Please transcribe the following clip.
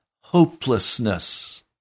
hopelessness